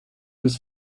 was